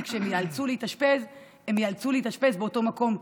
כי כשהן ייאלצו להתאשפז הן ייאלצו להתאשפז באותו מקום,